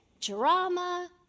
Drama